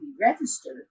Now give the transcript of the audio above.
registered